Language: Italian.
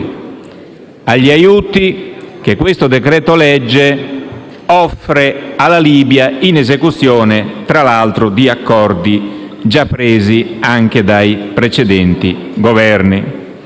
agli aiuti che il decreto-legge in esame offre alla Libia, in esecuzione, tra l'altro, di accordi già presi anche da precedenti Governi.